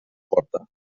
porta